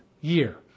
year